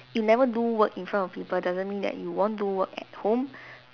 you never do work in front of people doesn't mean that you won't do work at home